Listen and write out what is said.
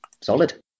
Solid